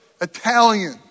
Italian